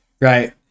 right